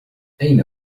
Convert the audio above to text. أين